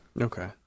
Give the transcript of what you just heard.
Okay